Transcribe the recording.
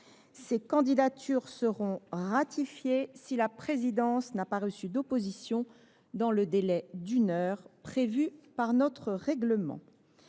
Ces candidatures seront ratifiées si la présidence n’a pas reçu d’opposition dans le délai d’une heure prévu par notre règlement.